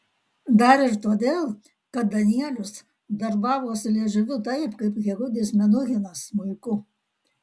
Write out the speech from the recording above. dar ir todėl kad danielius darbavosi liežuviu taip kaip jehudis menuhinas smuiku